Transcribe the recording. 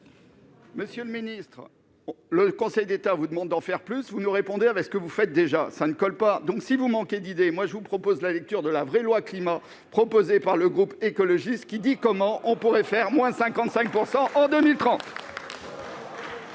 Monsieur le ministre, le Conseil d'État vous demande d'en faire plus, vous nous répondez en évoquant ce que vous faites déjà. Cela ne colle pas ! Si vous manquez d'idées, je vous propose de lire la vraie loi Climat proposée par le groupe écologiste, qui indique comment on pourrait atteindre une